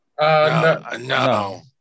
No